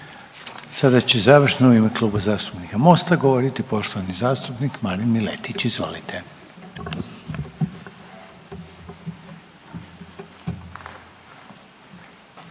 Sada će završno u ime Kluba zastupnika Mosta govoriti poštovani zastupnik Marin Miletić. Izvolite.